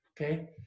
okay